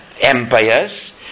empires